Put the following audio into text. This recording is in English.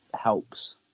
helps